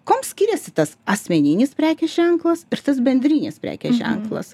kuom skiriasi tas asmeninis prekės ženklas ir tas bendrinis bendrinis prekės ženklas